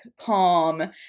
calm